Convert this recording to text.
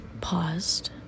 paused